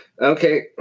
Okay